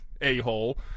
a-hole